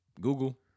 Google